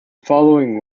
following